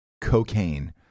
cocaine